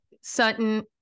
Sutton